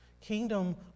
Kingdom